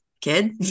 kid